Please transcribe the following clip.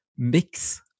mix